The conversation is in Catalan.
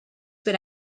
per